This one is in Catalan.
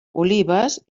olives